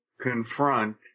confront